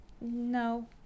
no